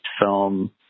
film